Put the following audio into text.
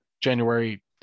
January